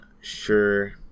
sure